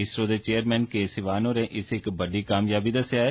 इसरो दे चैयरमेन के सिवान होरें इस्सी इक बड्डी कामयाबी दस्सेआ ऐ